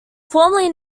formerly